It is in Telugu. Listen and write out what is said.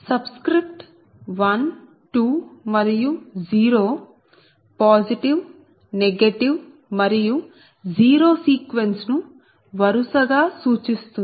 సబ్స్క్రిప్ట్ 1 2 మరియు 0 పాజిటివ్ నెగటివ్ మరియు జీరో సీక్వెన్స్ ను వరుసగా సూచిస్తుంది